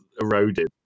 eroded